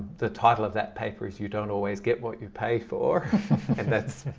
the title of that paper is you don't always get what you pay for and that's.